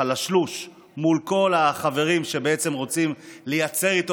חלשלוש מול כל החברים שבעצם רוצים לייצר איתו